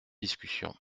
discussion